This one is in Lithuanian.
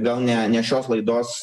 gal ne ne šios laidos